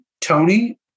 Tony